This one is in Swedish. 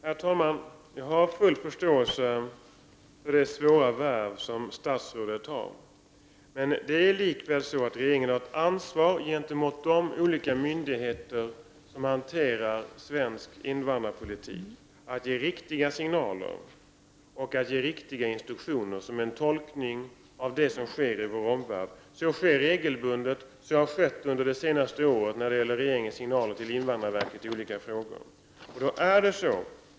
Herr talman! Jag har full förståelse för det svåra värv som statsrådet har, men det är likväl så att regeringen har ett ansvar gentemot de olika myndigheter som hanterar svensk invandrarpolitik, att ge riktiga signaler och riktiga instruktioner som en tolkning av det som sker i vår omvärld. Så sker regelbundet, och så har skett under det senaste året när det gäller regeringens signaler till invandrarverket i olika frågor.